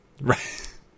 Right